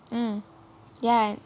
mm ya